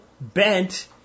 bent